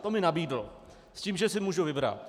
To mi nabídl s tím, že si můžu vybrat.